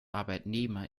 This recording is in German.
arbeitnehmer